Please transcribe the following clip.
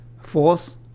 force